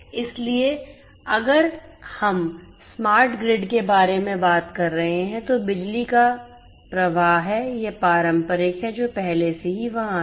इसलिए अगर हम स्मार्ट ग्रिड के बारे में बात कर रहे हैं तो बिजली का प्रवाह है यह पारंपरिक है जो पहले से ही वहां है